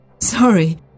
sorry